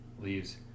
leaves